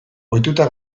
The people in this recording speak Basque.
ohituta